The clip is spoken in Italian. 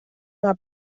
una